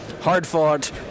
hard-fought